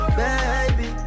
baby